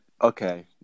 Okay